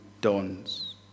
dawns